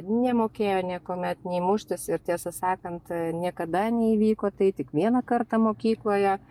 nemokėjo niekuomet nei muštis ir tiesą sakant niekada neįvyko tai tik vieną kartą mokykloje